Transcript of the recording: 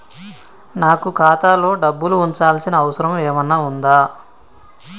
నాకు ఖాతాలో డబ్బులు ఉంచాల్సిన అవసరం ఏమన్నా ఉందా?